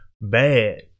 bad